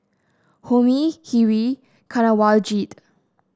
Homi Hri Kanwaljit